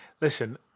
Listen